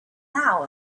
now